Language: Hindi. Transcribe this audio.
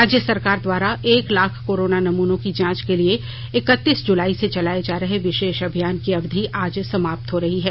राज्य सरकार द्वारा एक लाख कोरोना नमूनों की जांच के लिए इक्कतीस जुलाई से चलाये जा रहे वि ीश अभियान की अवधि आज समाप्त हो रही है